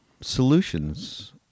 Solutions